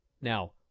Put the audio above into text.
Now